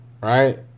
right